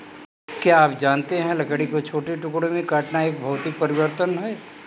क्या आप जानते है लकड़ी को छोटे टुकड़ों में काटना एक भौतिक परिवर्तन है?